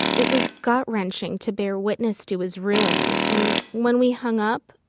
it was gut wrenching to bear witness to his ruin and when we hung up,